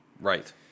Right